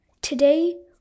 today